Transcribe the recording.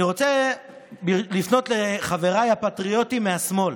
אני רוצה לפנות לחבריי הפטריוטים מהשמאל: